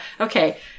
okay